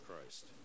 Christ